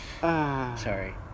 Sorry